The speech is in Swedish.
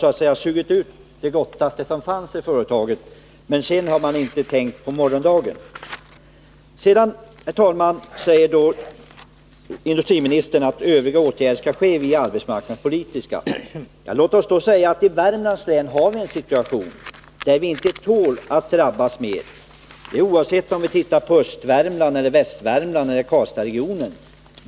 Man har ”sugit ut det gottaste” som finns i företaget, men man har inte tänkt på morgondagen. Sedan, herr talman, säger industriministern att övriga åtgärder som skall vidtas blir arbetsmarknadspolitiska. Låt mig då säga att vi i Värmlands län har en situation som innebär att vi inte tål att drabbas mer — oavsett om vi tittar på östra eller västra Värmland eller Karlstadsregionen.